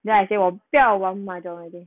then I say 我不要玩 mahjong already